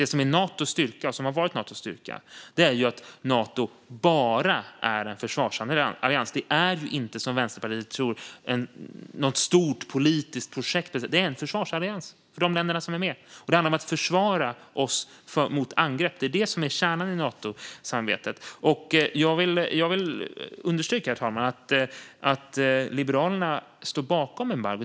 Det som är och har varit Natos styrka är att Nato bara är en försvarsallians. Det är inte, som Vänsterpartiet tror, något stort politiskt projekt, utan det är en försvarsallians för de länder som är med. Det handlar om att försvara oss mot angrepp. Det är det som är kärnan i Natosamarbetet. Jag vill understryka, herr talman, att Liberalerna står bakom embargot.